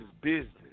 business